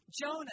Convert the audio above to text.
Jonah